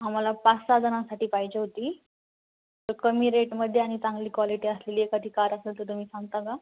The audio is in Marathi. आम्हाला पाचसहा जणांसाठी पाहिजे होती तर कमी रेटमध्ये आणि चांगली क्वालिटी असलेली एखादी कार असंल तर तुम्ही सांगता का